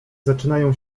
zaczynają